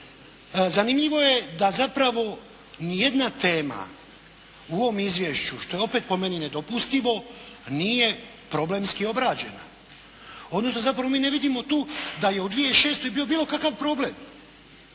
Zanimljivo je da zapravo nijedna tema u ovom izvješću što je opet po meni nedopustivo nije problemski obrađena. Odnosno zapravo mi ne vidimo tu da je u 2006. bio bilo kakav problem.